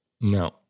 No